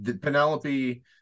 Penelope